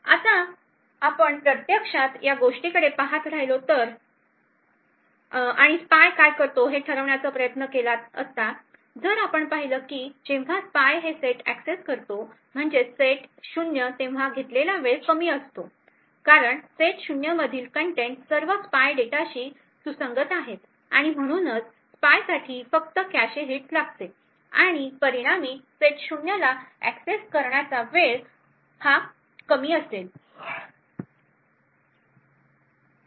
आता आपण प्रत्यक्षात या गोष्टीकडे पाहत राहिलो तर आणि स्पाय काय पाहतो हे ठरविण्याचा प्रयत्न केला असता जर आपण पाहिलं की जेव्हा स्पाय हे सेट एक्सेस करतो म्हणजे सेट 0 तेव्हा घेतला गेलेला वेळ कमी असेल कारण सेट 0 मधील कन्टेन्ट सर्व स्पाय डेटाशी सुसंगत आहे आणि म्हणूनच स्पायसाठी फक्त कॅशे हिट्स लागत आणि परिणामी सेट 0 ला एक्सेस करण्याचा वेळ कमी असेल